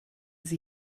sie